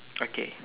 okay